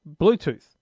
Bluetooth